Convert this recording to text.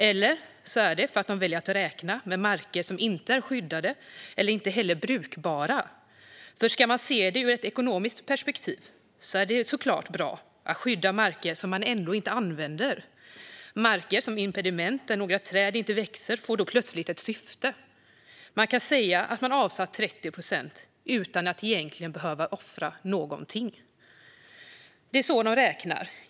Eller så är det för att de väljer att räkna med marker som inte är skyddade och inte heller brukbara, för ska man se det ur ett ekonomiskt perspektiv är det såklart bra att skydda marker som man ändå inte använder. Marker som impediment där några träd inte växer får då plötsligt ett syfte. Man kan säga att man avsatt 30 procent utan att egentligen behöva offra någonting. Det är så de räknar.